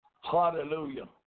Hallelujah